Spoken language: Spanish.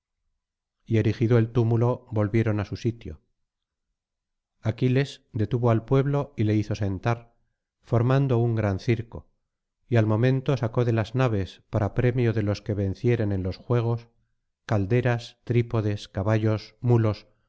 y erigido el túmulo volvieron á su sitio aquiles detuvo al pueblo y le hizo sentar formando un gran circo y al momento sacó de las naves para premio de los que vencieren en los juegos calderas trípodes caballos mulos